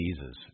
Jesus